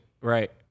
Right